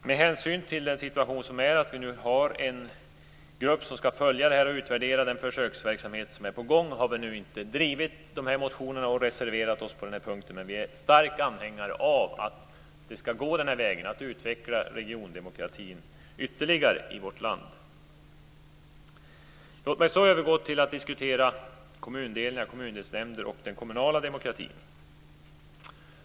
Med hänsyn till att en grupp nu skall följa och utvärdera den försöksverksamhet som är på gång har vi varken drivit förslagen i de aktuella motionerna eller reserverat oss på den här punkten, men vi är starka anhängare av en ytterligare utveckling av regiondemokratin i vårt land. Låt mig så övergå till att diskutera kommundelningar, kommundelsnämnder och den kommunala demokratin.